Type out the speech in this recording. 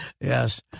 Yes